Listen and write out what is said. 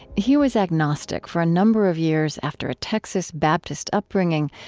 he was agnostic for a number of years, after a texas baptist upbringing,